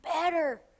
better